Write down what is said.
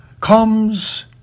comes